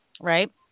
right